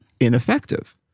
ineffective